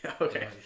okay